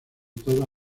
toda